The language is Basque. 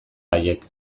haiek